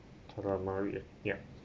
calamari ah yup